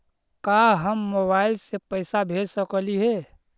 का हम मोबाईल से पैसा भेज सकली हे?